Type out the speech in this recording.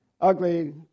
ugly